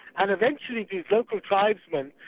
and eventually these local tribesmen,